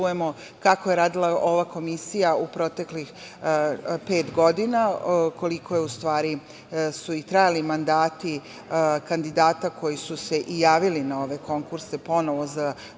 kako je radila ova Komisija u proteklih pet godina, koliko su i trajali mandati kandidata koji su se i javili na ove konkurse ponovo za drugi